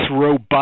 robust